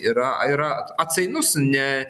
yra yra atsainus ne